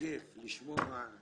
כיף לשמוע.